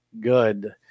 good